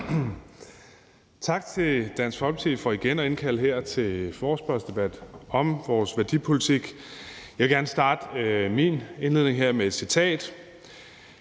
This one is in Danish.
tak til Dansk Folkeparti for igen at indkalde til forespørgselsdebat om vores værdipolitik. Jeg vil gerne starte min besvarelse her med et citat.